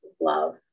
love